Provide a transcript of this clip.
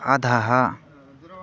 अधः